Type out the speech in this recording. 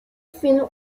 film